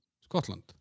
Scotland